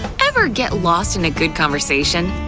ever get lost in a good conversation?